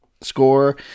score